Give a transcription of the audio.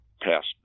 passed